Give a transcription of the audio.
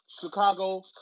Chicago